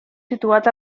situat